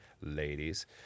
ladies